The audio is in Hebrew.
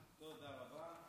תודה רבה.